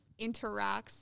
interacts